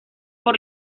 por